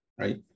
right